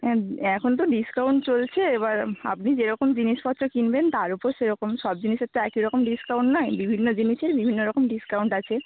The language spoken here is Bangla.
হ্যাঁ এখন তো ডিসকাউন্ট চলছে এবার আপনি যেরকম জিনিসপত্র কিনবেন তার ওপর সেরকম সব জিনিসের তো একই রকম ডিসকাউন্ট নয় বিভিন্ন জিনিসের বিভিন্ন রকম ডিসকাউন্ট আছে